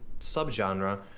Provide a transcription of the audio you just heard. subgenre